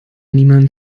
niemandem